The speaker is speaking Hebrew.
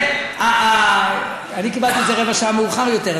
אני קיבלתי את זה רבע שעה מאוחר יותר,